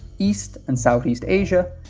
east and southeast asia,